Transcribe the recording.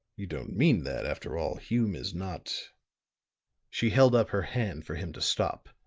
you don't mean that, after all, hume is not she held up her hand for him to stop.